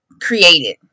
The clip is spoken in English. created